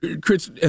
Chris